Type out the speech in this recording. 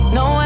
no